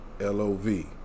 l-o-v